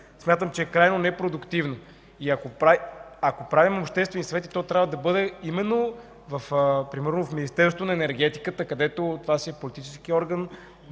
смятам за крайно непродуктивно. Ако правим обществени съвети, то трябва да бъде именно в Министерството на енергетиката, което е политически орган.